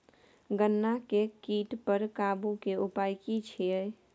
गन्ना के कीट पर काबू के उपाय की छिये?